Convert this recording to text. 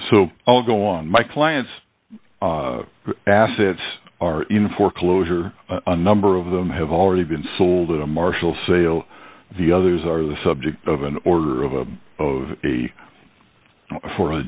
so i'll go on my clients assets are in foreclosure a number of them have already been sold a marshal sale the others are the subject of an order of a of a for